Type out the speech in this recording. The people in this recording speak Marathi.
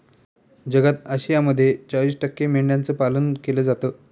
जगात आशियामध्ये चाळीस टक्के मेंढ्यांचं पालन केलं जातं